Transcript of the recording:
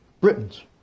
Britons